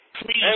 Please